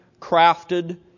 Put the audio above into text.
crafted